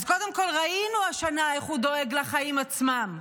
אז קודם כול, ראינו השנה איך הוא דואג לחיים עצמם,